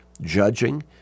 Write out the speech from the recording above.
judging